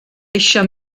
eisiau